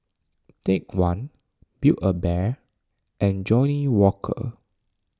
Take one Build A Bear and Johnnie Walker